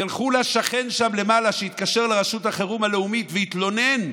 תלכו לשכן שם למעלה שהתקשר לרשות החירום הלאומית והתלונן: